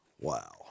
Wow